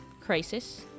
crisis